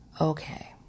Okay